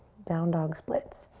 down dog splits.